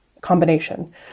combination